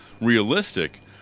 realistic